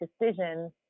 decisions